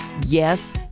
Yes